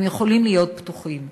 הם יכולים להיות פתוחים.